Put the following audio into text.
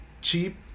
cheap